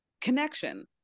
connection